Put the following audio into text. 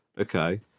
Okay